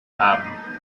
haben